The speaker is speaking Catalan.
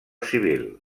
civil